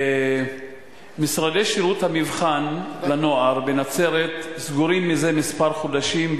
משרדי שירות המבחן לנוער בנצרת סגורים זה כמה חודשים,